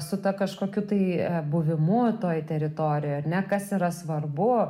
su ta kažkokiu tai buvimu toj teritorijoj ar ne kas yra svarbu